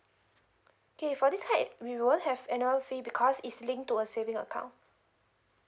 okay for this right we won't have annual fee because is linked to a savings account